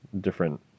different